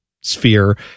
sphere